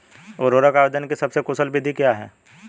उर्वरक आवेदन की सबसे कुशल विधि क्या है?